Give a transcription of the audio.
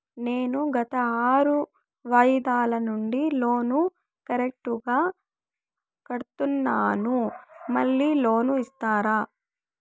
నేను గత ఆరు వాయిదాల నుండి లోను కరెక్టుగా కడ్తున్నాను, మళ్ళీ లోను ఇస్తారా?